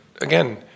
Again